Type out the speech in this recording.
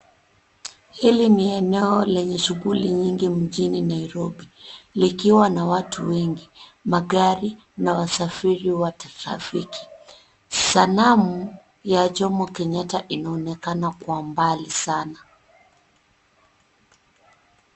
Hili ni eneo lenye shughuli nyingi mjini Nairobi likiwa na watu wengi, magari na wasafiri wa trafiki. Sanamu ya Jomo Kenyatta inaonekana kwa mbali sana.